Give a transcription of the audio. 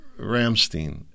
Ramstein